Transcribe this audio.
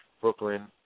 Brooklyn